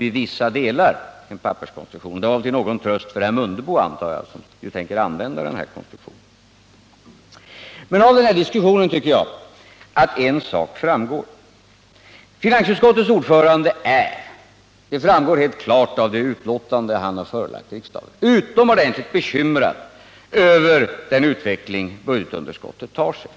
i vissa delar en papperskonstruktion, men det var till ringa tröst för herr Mundebo, antar jag, som ju tänker använda konstruktionen. Av den här diskussionen tycker jag en sak framgår: Finansutskottets ordförande är — det framgår också av det betänkande han har förelagt riksdagen — utomordentligt bekymrad över den utveckling budgetunderskottet tar sig.